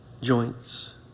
joints